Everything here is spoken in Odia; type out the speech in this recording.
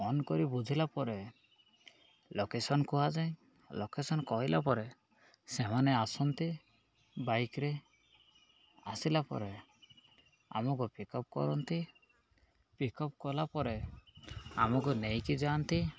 ଫୋନ୍ କରି ବୁଝିଲା ପରେ ଲୋକେସନ କୁହାଯାଏ ଲୋକେସନ କହିଲା ପରେ ସେମାନେ ଆସନ୍ତି ବାଇକ୍ରେ ଆସିଲା ପରେ ଆମକୁ ପିକଅପ୍ କରନ୍ତି ପିକଅପ୍ କଲା ପରେ ଆମକୁ ନେଇକି ଯାଆନ୍ତି